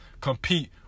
compete